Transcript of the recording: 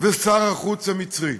ושר החוץ המצרי,